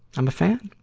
i'm a fan.